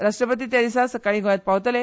राश्ट्रपती ते दिसा सकाळी गोयांत पावतले